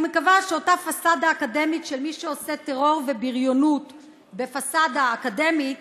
אני מקווה שאותה פסאדה אקדמית של מי שעושה טרור ובריונות בפסאדה אקדמית,